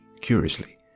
curiously